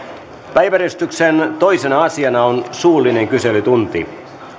päiväjärjestyksen toisena asiana on suullinen kyselytunti